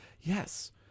yes